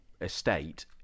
estate